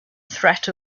threat